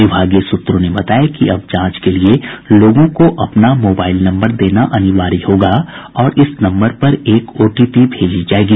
विभागीय सूत्रों ने बताया कि अब जांच के लिए लोगों को अपना मोबाईल नम्बर देना अनिवार्य होगा और इस नम्बर पर एक ओटीपी भेजी जायेगी